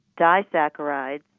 disaccharides